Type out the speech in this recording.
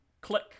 click